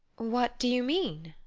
what do you mean?